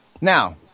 Now